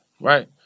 right